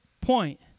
point